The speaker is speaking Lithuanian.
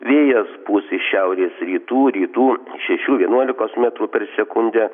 vėjas pūs iš šiaurės rytų rytų šešių vienuolikos metrų per sekundę